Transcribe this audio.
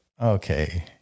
okay